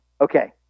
Okay